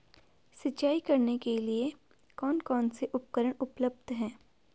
सिंचाई करने के लिए कौन कौन से उपकरण उपलब्ध हैं?